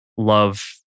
love